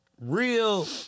real